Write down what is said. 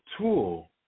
tool